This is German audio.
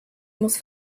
muss